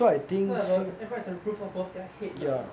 not every~ everyone has a roof above their head lah